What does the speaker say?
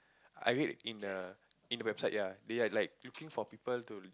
I read in the in the website ya they are like looking for people to